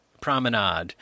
promenade